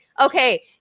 Okay